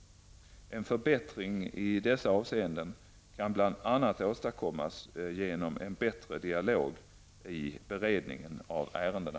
En förbättring i dessa avseenden kan bl.a. åstadkommas genom en förbättrad dialog i beredningen av ärendena.